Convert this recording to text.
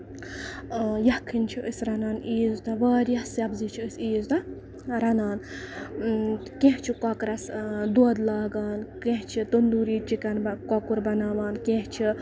یَخنۍ چھِ أسۍ رَنان عیٖز دۄہ واریاہ سَبزی چھِ أسۍ عیٖز دۄہ رَنان کیٚنٛہہ چھُ کۄکرَس دۄد لگان کیٚنٛہہ چھِ تَندوٗری چِکن کۄکُر بَناوان کیٚنہہ چھِ